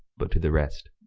but, to the rest